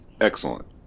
excellent